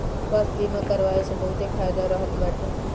स्वास्थ्य बीमा करवाए से बहुते फायदा रहत बाटे